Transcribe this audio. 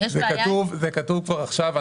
זה כתוב כבר עכשיו.